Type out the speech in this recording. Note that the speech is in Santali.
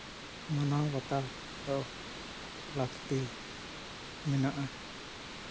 ᱢᱟᱱᱟᱣ ᱵᱟᱛᱟᱣ ᱫᱚ ᱞᱟᱹᱠᱛᱤ ᱢᱮᱱᱟᱜᱼᱟ